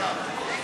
כבוד השרים,